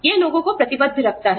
यह लोगों को प्रतिबद्ध रखता है